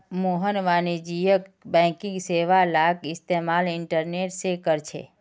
मोहन वाणिज्यिक बैंकिंग सेवालाक इस्तेमाल इंटरनेट से करछे